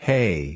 Hey